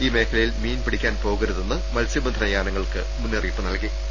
ഈ മേഖലയിൽ മീൻപിടിക്കാൻ പോകരു തെന്ന് മത്സ്യബന്ധനയാനങ്ങൾക്ക് മുന്നറിയിപ്പ് നൽകിയിട്ടുണ്ട്